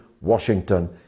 Washington